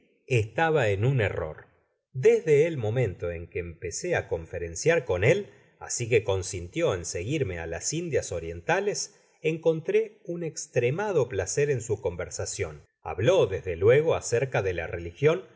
book search generated at desde el momento en que empecé á conferenciar con él así que consintió en seguirme á las indias orientales encontró un cstremado placer en su conversacion habló desde luego acerca la religion